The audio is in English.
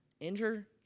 Enter